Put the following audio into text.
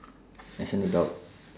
as an adult